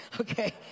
okay